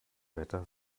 wetter